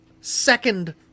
second